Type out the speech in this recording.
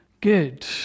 good